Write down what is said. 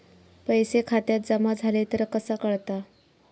पैसे खात्यात जमा झाले तर कसा कळता?